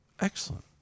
Excellent